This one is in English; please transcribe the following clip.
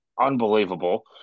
unbelievable